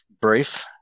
brief